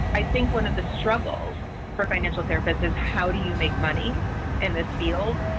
i think one of the struggles for a financial therapist is how do you make money in this field